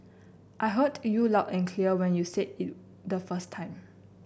I heard you loud and clear when you said it the first time